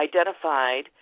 identified